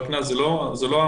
הקנס זה לא המהות,